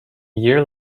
year